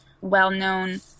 well-known